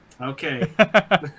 Okay